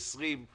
20 ימים?